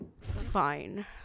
fine